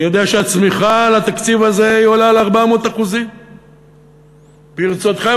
אני יודע שהצמיחה לתקציב הזה עולה על 400%. ברצותכם,